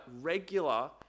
regular